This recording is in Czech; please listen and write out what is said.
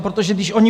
Protože když oni...